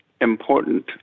important